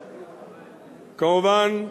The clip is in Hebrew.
כמובן,